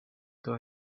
todo